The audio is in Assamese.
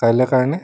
কাইলৈ কাৰণে